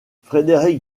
frédéric